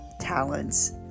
talents